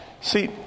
See